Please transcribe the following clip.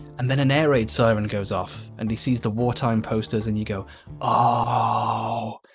and then an air-raid siren goes off and he sees the wartime posters and you go ahhh.